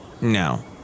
No